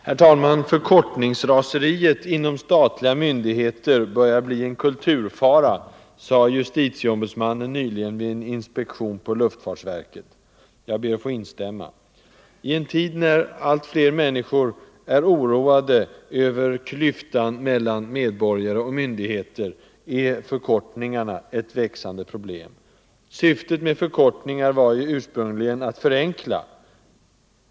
Herr talman! Förkortningsraseriet inom statliga myndigheter börjar bli en kulturfara, sade justitieombudsmannen nyligen vid en inspektion på luftfartsverket. Jag ber att få instämma. I en tid när allt fler människor är oroade över klyftan mellan medborgare och myndigheter utgör förkortningarna ett växande problem. Syftet med förkortningar var ursprungligen att förenkla.